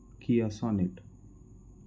Kia Sonet